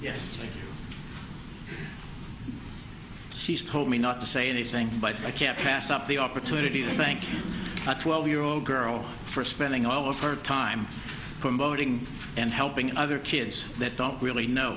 yes she's told me not to say anything but i can't pass up the opportunity to thank the twelve year old girl for spending all of her time promoting and helping other kids that don't really know